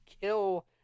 kill